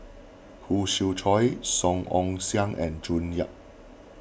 Khoo Swee Chiow Song Ong Siang and June Yap